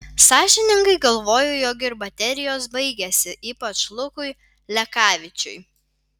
sąžiningai galvoju jog ir baterijos baigėsi ypač lukui lekavičiui